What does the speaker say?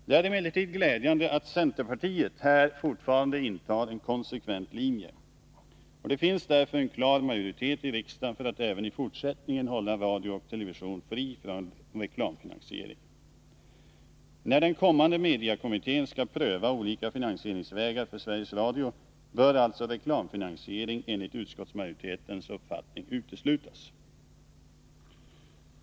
Det är emellertid glädjande att centerpartiet här fortfarande intar en konsekvent linje. Det finns därför en klar majoritet i riksdagen för att även i fortsättningen hålla radio och television fria från reklamfinansiering. När den kommande mediekommittén skall pröva olika finansieringsvägar för Sveri ges Radio bör alltså reklamfinansiering, enligt utskottsmajoritetens uppfattning, uteslutas.